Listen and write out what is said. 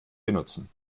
benutzen